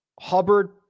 Hubbard